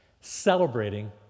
celebrating